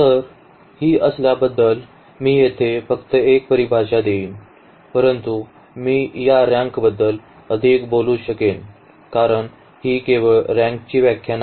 तर ही असण्याबद्दल मी येथे फक्त एक परिभाषा देईन परंतु मी या रँकबद्दल अधिक बोलू शकेन कारण ही केवळ रँकची व्याख्या नाही